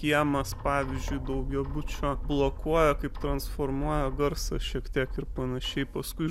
kiemas pavyzdžiui daugiabučio blokuoja kaip transformuoja garsą šiek tiek ir panašiai paskui